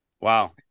Wow